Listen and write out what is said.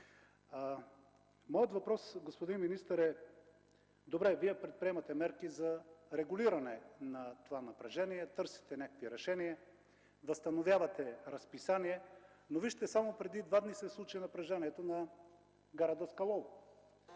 Моят въпрос, господин министър, е: добре, Вие предприемате мерки за регулиране на това напрежение, търсите някакви решения, възстановявате разписания, но вижте, само преди два дни се случи напрежението на гара Даскалово,